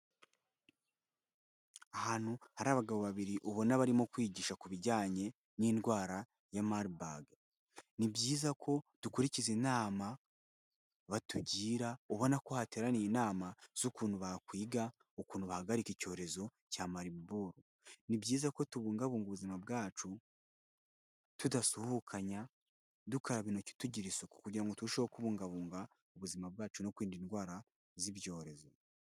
Ahantu hari abagabo babiri ubona barimo kwigisha ku bijyanye n'indwara ya Mabaga, ni byiza ko dukurikiza inama batugira ubona ko hateraniye inama z'ukuntu bakwiga ukuntu bahagarika icyorezo cya Mariburu, ni byiza ko tubungabunga ubuzima bwacu, tudasuhukanya, dukaraba intoki tugire isuku, kugira ngo turusheho kubungabunga ubuzima bwacu no kwirinda indwara z'ibyorezo.